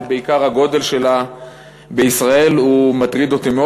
ובעיקר הגודל שלה בישראל מטריד אותי מאוד.